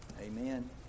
Amen